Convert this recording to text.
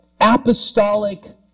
apostolic